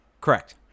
Correct